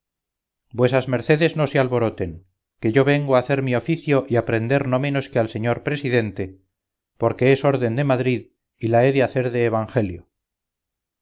vuesas mercedes no se alboroten que yo vengo a hacer mi oficio y a prender no menos que al señor presidente porque es orden de madrid y la he de hacer de evangelio